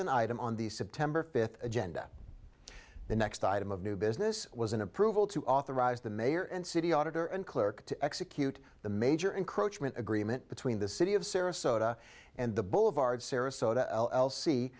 an item on the september fifth agenda the next item of new business was an approval to authorize the mayor and city auditor and clerk to execute the major encroachment agreement between the city of sarasota and the boulevard sarasota